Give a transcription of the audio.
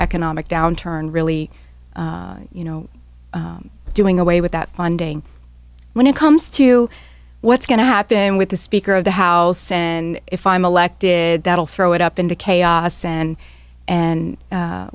economic downturn really you know doing away with that funding when it comes to what's going to happen with the speaker of the house and if i'm elected that'll throw it up in chaos and and